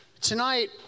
tonight